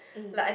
mm